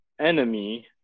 enemy